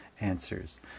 answers